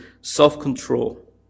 self-control